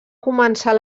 començar